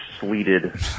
sleeted